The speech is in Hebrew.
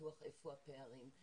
ניתחנו היכן הפערים,